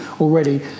already